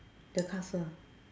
the castle